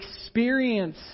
experience